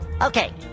Okay